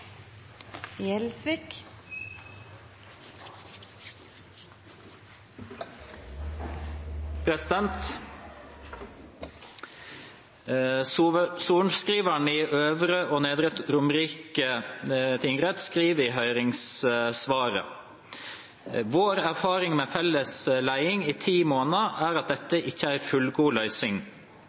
den oppsatte spørsmålslisten. «Sorenskrivaren i Øvre og Nedre Romerike skriv i høyringssvaret: «Vår erfaring med felles ledelse i ti måneder er at dette ikke er en fullgod